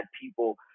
people